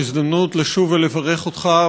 הזדמנות לשוב ולברך אותך,